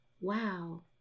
Wow